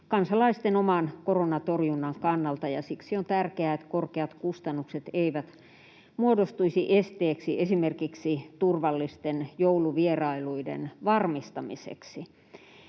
kansalaisten oman koronatorjunnan kannalta. Siksi on tärkeää, että korkeat kustannukset eivät muodostuisi esteeksi esimerkiksi turvallisten jouluvierailuiden varmistamiseksi.